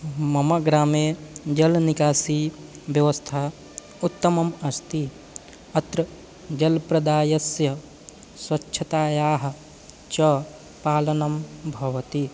मम ग्रामे जलनिष्कासव्यवस्था उत्तमम् अस्ति अत्र जलप्रदानस्य स्वच्छतायाः च पालनं भवति